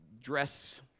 dress